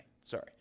sorry